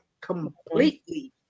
completely